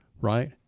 right